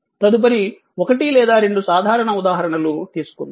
తదుపరి ఒకటి లేదా రెండు సాధారణ ఉదాహరణలు తీసుకుందాం